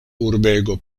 urbego